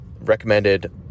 recommended